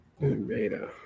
beta